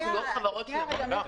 לסגור חברות שלמות?